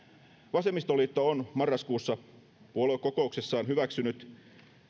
vasemmistoliitto on marraskuussa puoluekokouksessaan hyväksynyt